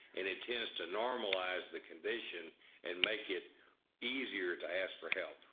and it tends to normalise the condition and make it easier to ask for help.